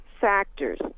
factors